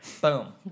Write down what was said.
Boom